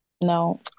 no